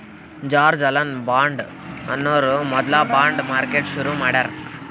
George Alan Bond ಅನ್ನೋರು ಮೊದ್ಲ bond market ಶುರು ಮಾಡ್ಯಾರ್